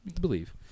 believe